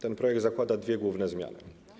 Ten projekt zakłada dwie główne zmiany.